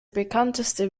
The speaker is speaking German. bekannteste